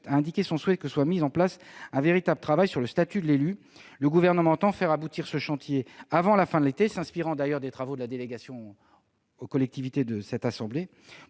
a indiqué souhaiter que soit engagé un véritable travail sur le statut de l'élu. Le Gouvernement entend faire aboutir ce chantier avant la fin de l'été, s'inspirant d'ailleurs des travaux de la délégation aux collectivités territoriales